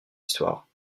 histoire